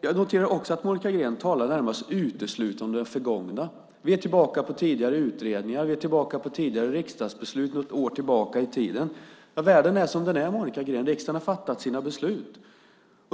Jag noterar också att Monica Green talar nästan uteslutande om det förgångna. Vi är tillbaka vid tidigare utredningar och tidigare riksdagsbeslut något år tillbaka i tiden. Världen är som den är, Monica Green. Riksdagen har fattat sina beslut.